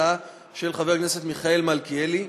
של חבר הכנסת מיכאל מלכיאלי.